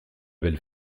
belle